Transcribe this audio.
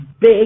big